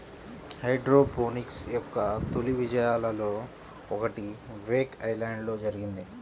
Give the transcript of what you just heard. hydroponics యొక్క తొలి విజయాలలో ఒకటి వేక్ ఐలాండ్లో జరిగింది